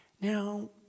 Now